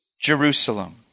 Jerusalem